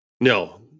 No